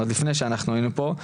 עוד לפני שאנחנו היינו פה.